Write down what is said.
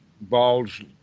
balls